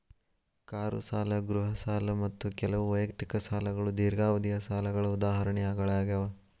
car ಸಾಲ ಗೃಹ ಸಾಲ ಮತ್ತ ಕೆಲವು ವೈಯಕ್ತಿಕ ಸಾಲಗಳು ದೇರ್ಘಾವಧಿಯ ಸಾಲಗಳ ಉದಾಹರಣೆಗಳಾಗ್ಯಾವ